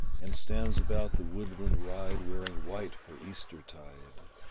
and stands about the woodland ride wearing white for eastertide.